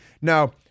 Now